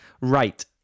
right